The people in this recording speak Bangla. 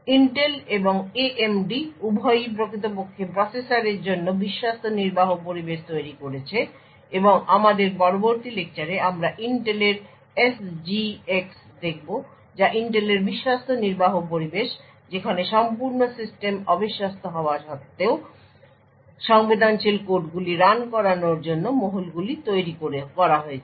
ইন্টেল এবং AMD উভয়ই প্রকৃতপক্ষে প্রসেসরের জন্য বিশ্বস্ত নির্বাহ পরিবেশ তৈরি করেছে এবং আমাদের পরবর্তী লেকচারে আমরা ইন্টেলের SGX দেখব যা ইন্টেলের বিশ্বস্ত নির্বাহ পরিবেশ যেখানে সম্পূর্ণ সিস্টেম অবিশ্বস্ত হওয়া সত্ত্বেও সংবেদনশীল কোডগুলি রান করানোর জন্য মহলগুলি তৈরি করা হয়েছে